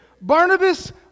Barnabas